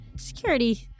Security